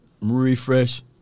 refresh